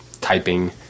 typing